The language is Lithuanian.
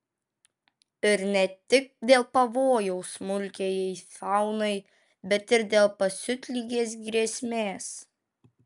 ir ne tik dėl pavojaus smulkiajai faunai bet ir dėl pasiutligės grėsmės